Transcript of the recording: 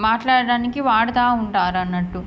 మాట్లాడడానికి వాడుతూ ఉంటారు అన్నట్టు